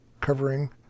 covering